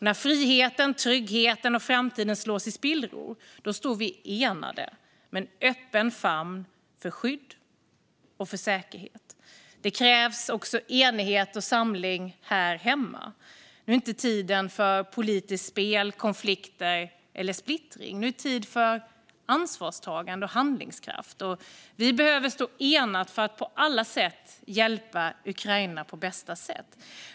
När friheten, tryggheten och framtiden slås i spillror står vi enade med en öppen famn för skydd och för säkerhet. Det krävs också enighet och samling här hemma. Nu är inte tiden för politiskt spel, konflikter eller splittring. Nu är tid för ansvarstagande och handlingskraft. Vi behöver stå enade för att på alla sätt och på bästa sätt hjälpa Ukraina.